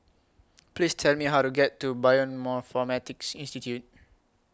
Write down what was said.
Please Tell Me How to get to Bioinformatics Institute